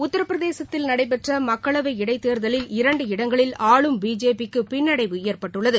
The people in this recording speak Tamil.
உத்தரபிரதேசத்தில் நடைபெற்ற மக்களவை இடைத்தேர்தலில் இரண்டு இடங்களில் ஆளும் பிஜேபிக்கு பின்னடைவு ஏற்பட்டுள்ளது